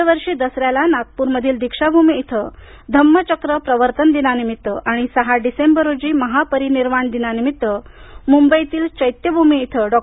दरवर्षी दसऱ्याला नागपूरमधील दीक्षाभूमी इथं धम्म चक्र प्रवर्तन दिनानिमित्त आणि सहा डिसेंबर रोजी महापरीनिर्वाण दिनानिमित्त मुंबईतील चैत्यभूमी इथं डॉ